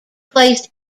placed